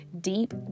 deep